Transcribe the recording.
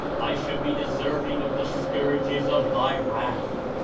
i should be deserving of the scourges of thy wrath,